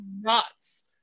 nuts